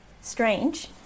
strange